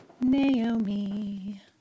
Naomi